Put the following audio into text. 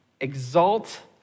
exalt